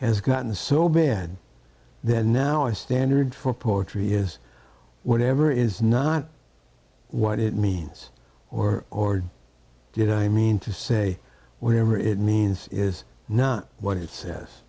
has gotten so bad that now is standard for poetry is whatever is not what it means or or did i mean to say whatever it means is not what it says